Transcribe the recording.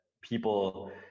people